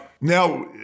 Now